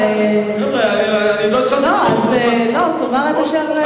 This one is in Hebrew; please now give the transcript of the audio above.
את אשר אתה חושב.